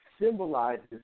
symbolizes